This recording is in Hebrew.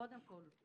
קודם כל זה